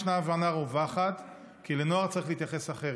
ישנה הבנה רווחת כי לנוער צריך להתייחס אחרת.